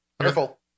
careful